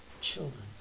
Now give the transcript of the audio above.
children